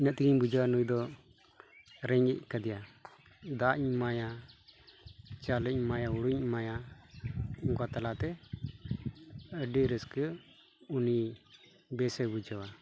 ᱤᱱᱟᱹ ᱛᱮᱜᱮᱧ ᱵᱩᱡᱷᱟᱹᱣᱟ ᱱᱩᱭ ᱫᱚ ᱨᱮᱸᱜᱮᱡ ᱠᱟᱫᱮᱭᱟ ᱫᱟᱜ ᱤᱧ ᱮᱢᱟᱭᱟ ᱪᱟᱞᱮᱧ ᱮᱢᱟᱭᱟ ᱦᱳᱲᱳᱧ ᱮᱢᱟᱭᱟ ᱚᱱᱠᱟ ᱛᱟᱞᱟᱛᱮ ᱟᱹᱰᱤ ᱨᱟᱹᱥᱠᱟᱹ ᱩᱱᱤ ᱵᱮᱥᱮ ᱵᱩᱡᱷᱟᱹᱣᱟ